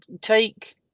take